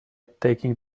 taking